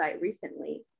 recently